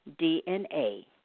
DNA